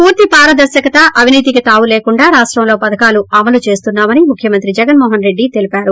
పూర్తి పారదర్శకత అవినీతికి తావు లేకుండా రాష్టంలో పథకాలు అమలు చేస్తున్నా మని ముఖ్యమంత్రి జగన్మోహన్ రెడ్డి తెలిపారు